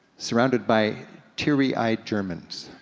surrounded by teary-eyed germans.